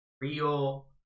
real